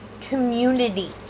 community